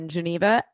Geneva